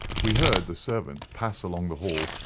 we heard the servant pass along the hall,